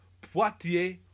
Poitiers